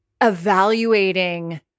evaluating